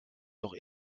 noch